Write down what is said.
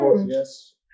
yes